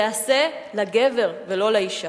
ייעשה לגבר ולא לאשה.